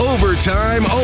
Overtime